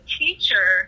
teacher